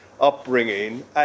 upbringing